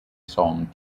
song